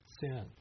sin